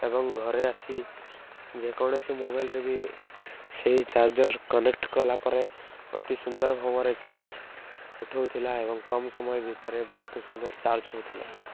ଏବଂ ଘରେ ଆସି ଯେକୌଣସି ମୋବାଇଲ୍ରେ ବି ସେଇ ଚାର୍ଜର୍ କନେକ୍ଟ କଲା ପରେ ଅତି ସୁନ୍ଦର ଭାବରେ ଚାର୍ଜ ଉଠଉଥିଲା ଏବଂ କମ୍ ସମୟ ଭିତରେ ବହୁତ ସୁନ୍ଦର ଚାର୍ଜ ହଉଥିଲା